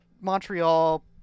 Montreal